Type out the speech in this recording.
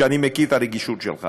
שאני מכיר את הרגישות שלך